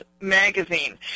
Magazine